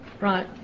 Right